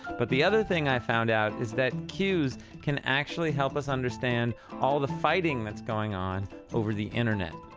but the other thing i found out is that queues can actually help us understand all the fighting that's going on over the internet.